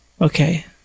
Okay